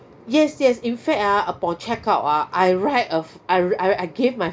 yes yes in fact ah upon check out ah I write a f~ I I I gave my